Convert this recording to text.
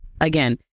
Again